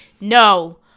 No